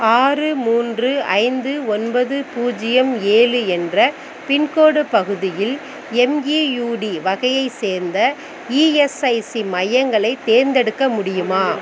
ஆறு மூன்று ஐந்து ஒன்பது பூஜ்ஜியம் ஏழு என்ற பின்கோடு பகுதியில் எம்இயூடி வகையைச் சேர்ந்த இஎஸ்ஐசி மையங்களை தேர்ந்தெடுக்க முடியுமா